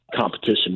competition